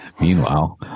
Meanwhile